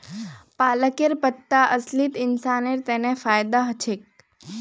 पालकेर पत्ता असलित इंसानेर तन फायदा ह छेक